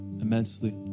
immensely